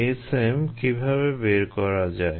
Sm কীভাবে বের করা যায়